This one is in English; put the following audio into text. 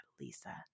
Lisa